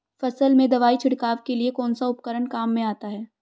फसल में दवाई छिड़काव के लिए कौनसा उपकरण काम में आता है?